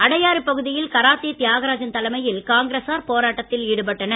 அடையாறு பகுதியில் கராத்தே தியாகராஜன் தலைமையில் காங்கிரஸார் போராட்டத்தில் ஈடுபட்டனர்